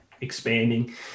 expanding